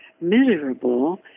miserable